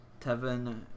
Tevin